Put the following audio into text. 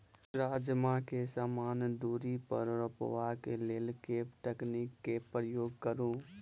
राजमा केँ समान दूरी पर रोपा केँ लेल केँ तकनीक केँ प्रयोग करू?